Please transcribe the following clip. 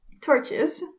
torches